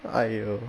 !aiyo!